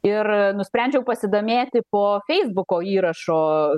ir nusprendžiau pasidomėti po feisbuko įrašo